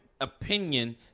opinion